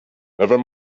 never